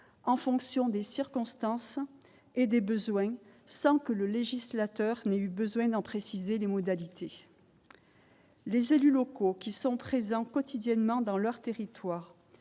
en fonction des circonstances et des besoins sans que le législateur n'ait eu besoin d'en préciser les modalités. Les élus locaux qui sont présents quotidiennement dans leur territoire